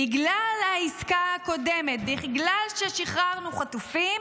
בגלל העסקה הקודמת, בגלל ששחררנו חטופים,